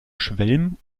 schwelm